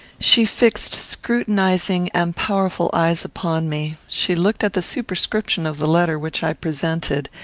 she fixed scrutinizing and powerful eyes upon me. she looked at the superscription of the letter which i presented,